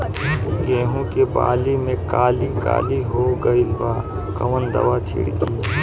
गेहूं के बाली में काली काली हो गइल बा कवन दावा छिड़कि?